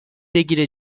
بگیره